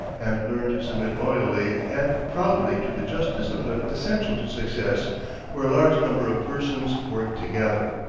and learn to submit loyally and proudly to the just discipline essential to success where a large number of persons work together.